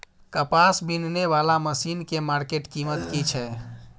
कपास बीनने वाला मसीन के मार्केट कीमत की छै?